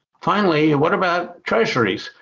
finally, and what about treasuries?